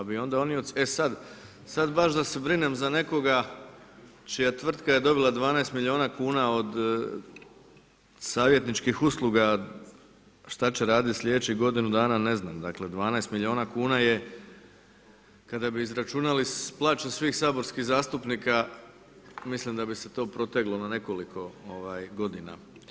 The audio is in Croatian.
E sada baš da se brinem za nekoga čija je tvrtka dobila 12 milijuna kuna od savjetničkih usluga šta će raditi sljedećih godinu dana, ne znam, dakle 12 milijuna kuna kada bi izračunali plaće svih saborskih zastupnika mislim da bi se to proteglo na nekoliko godina.